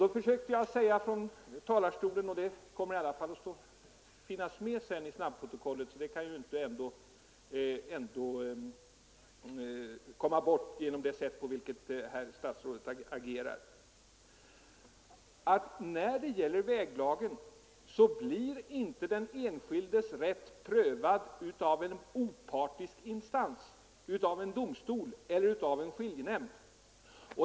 Jag försökte från talarstolen påvisa — det kommer att finnas med i snabbprotokollet; det kan ändå inte komma bort genom det sätt på vilket herr statsrådet agerar — att när det gäller väglagen blir inte den enskildes rätt prövad av en opartisk instans, av en domstol eller av en skiljenämnd.